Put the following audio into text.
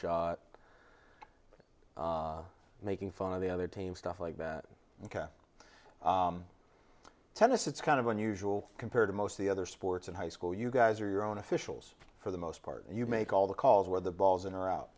shot making fun of the other team stuff like that tennis it's kind of unusual compared to most of the other sports in high school you guys are your own officials for the most part and you make all the calls where the ball is in or